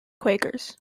quakers